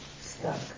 stuck